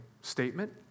statement